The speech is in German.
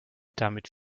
damit